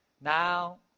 Now